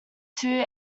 two